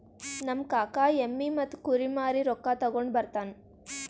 ನಮ್ ಕಾಕಾ ಎಮ್ಮಿ ಮತ್ತ ಕುರಿ ಮಾರಿ ರೊಕ್ಕಾ ತಗೊಂಡ್ ಬರ್ತಾನ್